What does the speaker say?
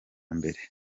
mbere